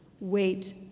wait